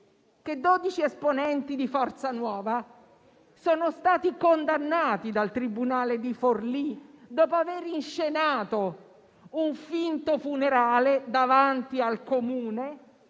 che 12 esponenti di Forza Nuova sono stati condannati dal tribunale di Forlì dopo aver inscenato un finto funerale davanti al comune